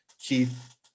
Keith